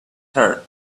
heart